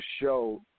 show